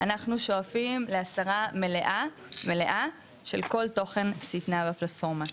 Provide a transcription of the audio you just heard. אנחנו שואפים להסרה מלאה של כל תוכן שנאה בפלטפורמה.